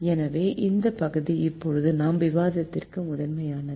எனவே இந்த பகுதி இப்போது நாம் விவாதத்திற்கு முதன்மையானது